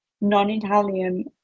non-Italian